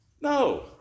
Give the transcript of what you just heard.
No